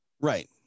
right